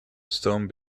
stone